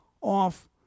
off